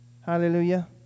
Hallelujah